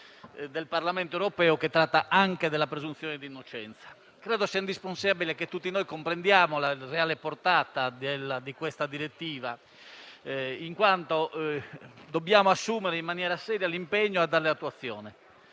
del Parlamento europeo, che tratta anche della presunzione di innocenza. Credo sia indispensabile che tutti comprendiamo la reale portata di tale direttiva, in quanto dobbiamo assumere in maniera seria l'impegno a darle attuazione.